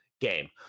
game